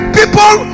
people